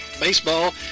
baseball